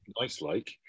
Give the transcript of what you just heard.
nice-like